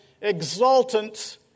exultant